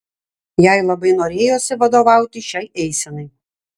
jai labai norėjosi vadovauti šiai eisenai